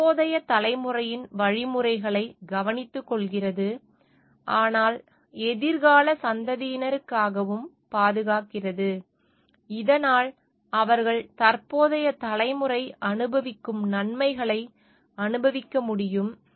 தற்போதைய தலைமுறையின் வழிமுறைகளை கவனித்துக்கொள்கிறது ஆனால் எதிர்கால சந்ததியினருக்காகவும் பாதுகாக்கிறது இதனால் அவர்கள் தற்போதைய தலைமுறை அனுபவிக்கும் நன்மைகளை அனுபவிக்க முடியும்